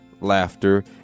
laughter